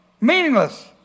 Meaningless